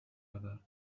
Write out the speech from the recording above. other